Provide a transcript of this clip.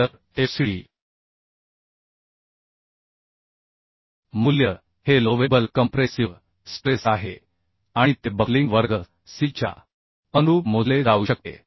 तर Fcd मूल्य हे एलोवेबल कंप्रेसिव्ह स्ट्रेस आहे आणि ते बक्लिंग वर्ग सी च्या अनुरूप मोजले जाऊ शकते